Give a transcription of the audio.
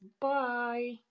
Bye